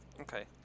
Okay